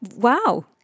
Wow